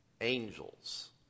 angels